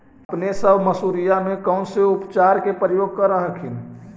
अपने सब मसुरिया मे कौन से उपचार के प्रयोग कर हखिन?